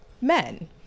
men